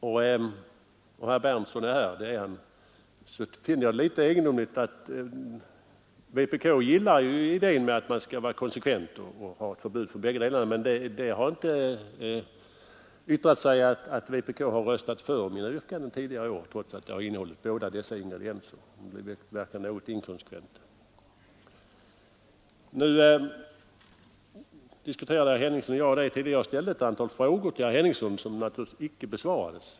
Till herr Berndtson i Linköping vill jag säga att jag finner det litet egendomligt, när vpk gillar idén att man skall vara konsekvent och ha ett förbud för bägge delarna, att detta inte har yttrat sig i att vpk har röstat för mina yrkanden tidigare år, trots att de har innehållit båda dessa ingredienser. Det verkar något inkonsekvent. Herr Henningsson och jag diskuterade detta tidigare, och jag ställde till herr Henningsson ett antal frågor som icke besvarades.